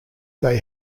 they